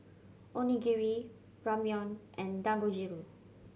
Onigiri Ramyeon and Dangojiru